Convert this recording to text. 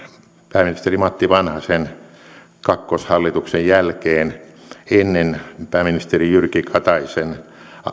pääministeri matti vanhasen kakkoshallituksen jälkeen ennen pääministeri jyrki kataisen